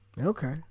Okay